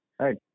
right